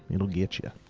it'll get ya.